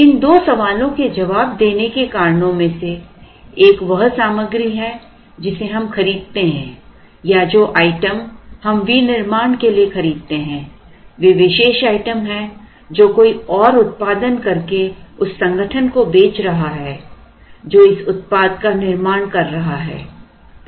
इन दो सवालों के जवाब देने के कारणों में से एक वह सामग्री है जिसे हम खरीदते हैं या जो आइटम हम विनिर्माण के लिए खरीदते हैं वे विशेष आइटम हैं जो कोई और उत्पादन करके उस संगठन को बेच रहा है जो इस उत्पाद का निर्माण कर रहा है